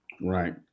Right